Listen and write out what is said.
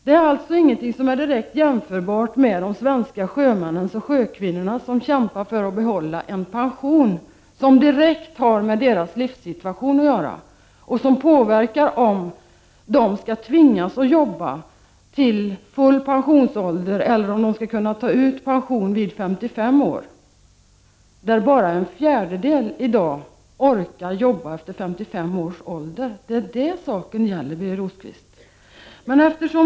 Det är alltså ingenting som är direkt jämförbart med läget för de svenska sjömännen och sjökvinnorna, som kämpar för att behålla en pension som direkt har med deras livssituation att göra och som påverkar om de skall tvingas jobba till full pensionsålder eller om de skall kunna ta ut pension vid 55 år. I dag är det bara en fjärdedel som orkar jobba efter 55 års ålder. Det är det saken gäller, Birger Rosqvist.